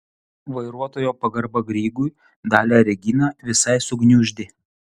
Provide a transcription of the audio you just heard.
vairuotojo pagarba grygui dalią reginą visai sugniuždė